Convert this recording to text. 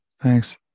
thanks